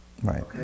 Right